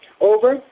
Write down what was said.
over